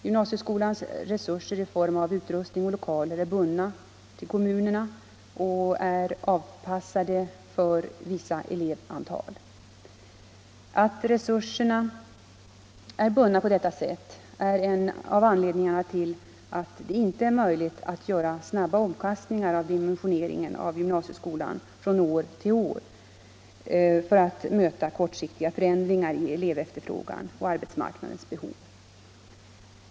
Gymnasieskolans resurser i form av utrustning och lokaler är bundna till kommunerna och är avpassade för vissa elevantal. Att resurserna är bundna på detta sätt är en av anledningarna till att det inte är möjligt att göra snabba omkastningar av dimensioneringen av gymnasieskolan från år till år för att möta kortsiktiga förändringar i elevefterfrågan och arbetsmarknadens behov.